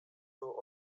był